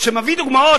שמביא דוגמאות,